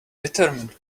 determined